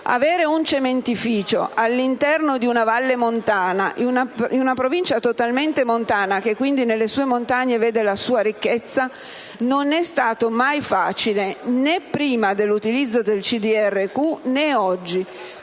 Avere un cementificio all'interno di una valle montana, in una Provincia totalmente montana e che quindi nelle sue montagne vede la sua ricchezza, non è stato mai facile, né prima dell'utilizzo del CDR-Q né oggi,